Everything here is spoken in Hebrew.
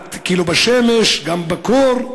בשמש, גם בקור.